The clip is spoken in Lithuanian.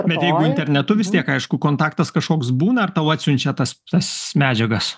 bet jeigu internetu vis tiek aišku kontaktas kažkoks būna ar tau atsiunčia tas tas medžiagas